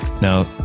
Now